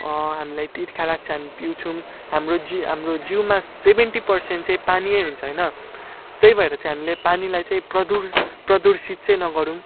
हामीलाई तिर्खा लाग्छ हामी पिउँछौँ हाम्रो जी हाम्रो जिउमा सेभेन्टी पर्सेन्ट चाहिँ पानी नै हुन्छ होइन त्यही भएर चाहिँ हामीले पानीलाई चाहिँ प्रदूर प्रदूर्षित चाहिँ नगरौँ